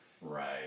Right